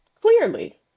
Clearly